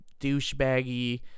douchebaggy